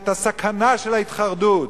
את הסכנה של ההתחרדות?